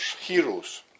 heroes